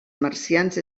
marcians